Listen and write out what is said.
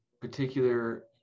particular